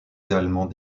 également